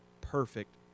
perfect